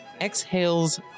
exhales